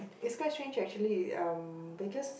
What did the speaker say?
it's quite strange actually um because